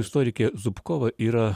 istorikė zubkova yra